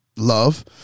love